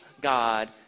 God